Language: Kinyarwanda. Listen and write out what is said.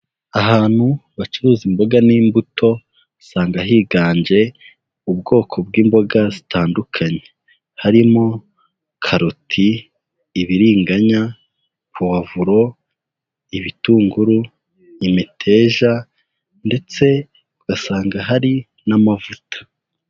Ahantu bacuruza imboga n'imbuto, usanga higanje ubwoko bw'imboga zitandukanye, harimo karoti, ibiriganya, pavuro, ibitunguru, imiteja ndetse ugasanga hari n'amavuta.